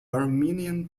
armenian